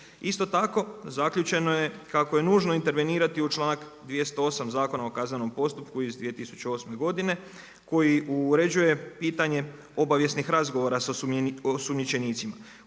Isto tako zaključeno je kako je nužno intervenirati u članak 208. Zakona o kaznenom postupku iz 2008. godine koji uređuje pitanje obavijesnih razgovora sa osumnjičenicima